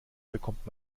bekommt